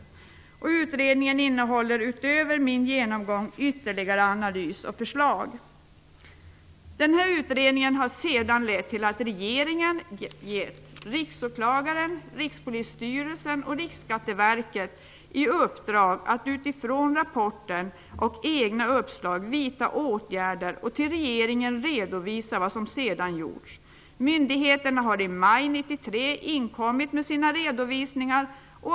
Utöver min genomgång här innehåller utredningen ytterligare analys och förslag. Denna utredning ledde sedan till att regeringen gav Riksskatteverket i uppdrag att utifrån rapporten och egna uppslag vidta åtgärder och sedan till regeringen redovisa vad som sedan gjorts. Myndigheterna inkom i maj 1993 med sina redovisningar.